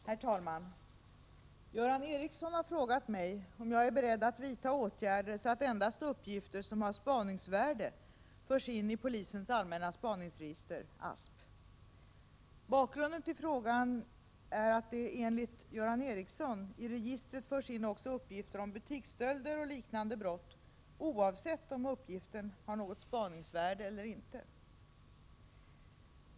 Herr talman! Göran Ericsson har frågat mig om jag är beredd att vidta åtgärder så att endast uppgifter som har spaningsvärde förs in i polisens allmänna spaningsregister, ASP. Bakgrunden till frågan är att det, enligt Göran Ericsson, i registret förs in också uppgifter om butiksstölder och liknande brott, oavsett om uppgiften har något spaningsvärde eller inte.